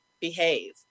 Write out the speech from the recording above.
behave